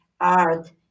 art